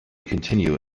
continue